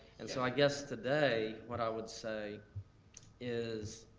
and so i guess today what i would say is,